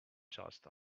just